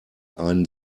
einen